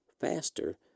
faster